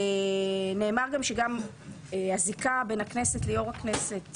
נאמר גם, שגם הזיקה בין הכנסת ליו"ר הכנסת